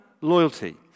loyalty